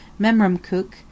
Memramcook